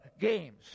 games